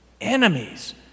enemies